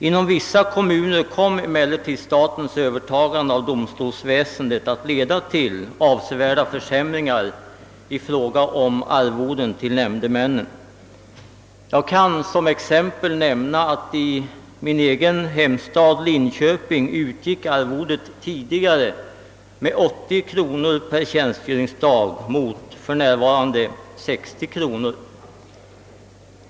Inom vissa kommuner kom emellertid statens övertagande av domstolsväsendet att leda till avsevärda försäm ringar i fråga om arvoden till nämndemännen. Jag kan som exempel nämna att i min egen hemstad, Linköping, utgick arvode tidigare med 80 kronor per tjänstgöringsdag mot för närvarande 60 kronor.